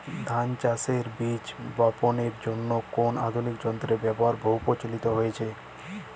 ধান চাষের বীজ বাপনের জন্য কোন আধুনিক যন্ত্রের ব্যাবহার বহু প্রচলিত হয়েছে?